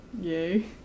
Yay